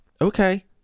okay